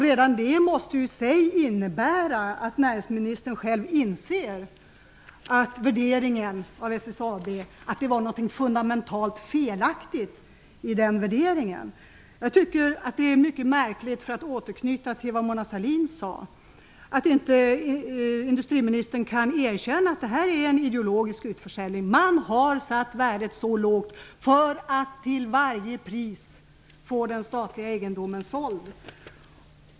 Redan det i sig måste innebära att näringsministern själv inser att det var någonting fundamentalt felaktigt i värderingen av SSAB. För att återknyta till vad Mona Sahlin sade tycker jag att det är märkligt att industriministern inte kan erkänna att det här är en ideologisk utförsäljning. Man har satt värdet så lågt för att till varje pris få den statliga egendomen såld.